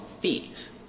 fees